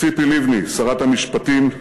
ציפי לבני, שרת המשפטים,